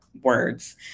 words